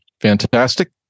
Fantastic